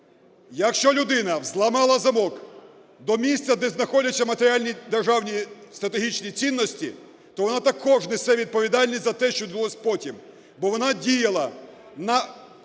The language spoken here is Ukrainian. Якщо людина взломала замок до місця, де знаходяться матеріальні державні стратегічні цінності, то вона також несе відповідальність за те, що відбулось потім, бо вона діяла на